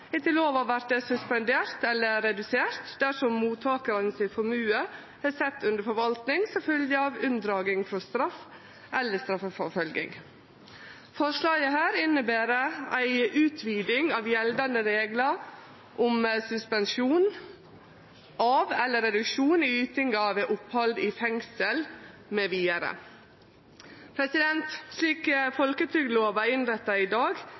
etter lova vert suspenderte eller reduserte dersom formuen til mottakaren er sett under forvaltning som følgje av unndraging frå straff eller straffeforfølging. Forslaget inneber ei utviding av gjeldande reglar om suspensjon av eller reduksjon i ytingar ved opphald i fengsel mv. Slik folketrygdlova er innretta i dag,